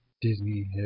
Disney